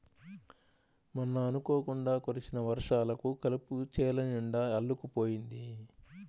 మొన్న అనుకోకుండా కురిసిన వర్షాలకు కలుపు చేలనిండా అల్లుకుపోయింది